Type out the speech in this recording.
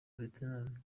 vietnam